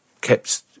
kept